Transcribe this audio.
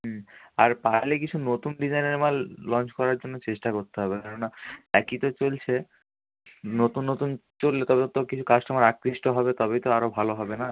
হুম আর পারলে কিছু নতুন ডিজাইনের মাল লঞ্চ করার জন্য চেষ্টা করতে হবে কেননা একই তো চলছে নতুন নতুন চললে তবে তো কিছু কাস্টোমার আকৃষ্ট হবে তবেই তো আরো ভালো হবে না